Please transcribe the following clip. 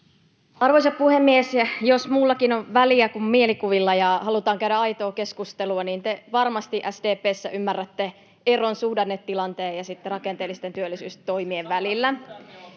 Arvoisa puhemies! Jos muullakin on väliä kuin mielikuvilla ja halutaan käydä aitoa keskustelua, niin te varmasti SDP:ssä ymmärrätte eron suhdannetilanteen ja rakenteellisten työllisyystoimien välillä.